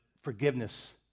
forgiveness